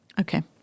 okay